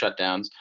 shutdowns